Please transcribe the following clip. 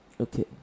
okay